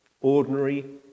ordinary